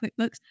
QuickBooks